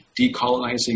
decolonizing